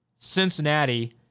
Cincinnati